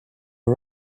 are